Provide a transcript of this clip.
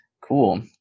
Cool